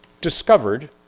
discovered